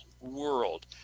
world